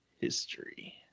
History